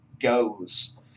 goes